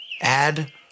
add